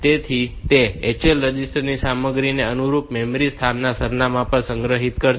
તેથી તે HL register ની સામગ્રીને અનુરૂપ મેમરી સ્થાન સરનામાં પર સંગ્રહિત કરશે